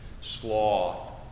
sloth